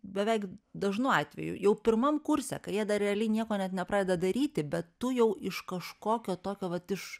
beveik dažnu atveju jau pirmam kurse kai jie dar realiai nieko net nepradeda daryti bet tu jau iš kažkokio tokio vat iš